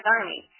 Army